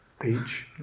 beach